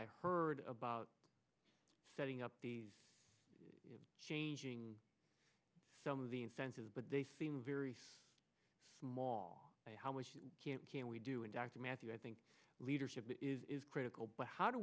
i heard about setting up days of changing some of the incentives but they seem very small by how much you can can we do and dr matthew i think leadership is critical but how do